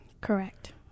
Correct